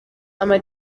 ama